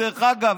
דרך אגב,